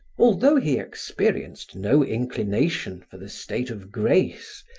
although he experienced no inclination for the state of grace,